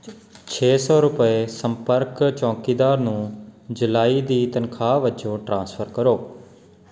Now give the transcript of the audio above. ਛੇ ਸੌ ਰੁਪਏ ਸੰਪਰਕ ਚੌਕੀਦਾਰ ਨੂੰ ਜੁਲਾਈ ਦੀ ਤਨਖਾਹ ਵਜੋਂ ਟ੍ਰਾਂਸਫਰ ਕਰੋ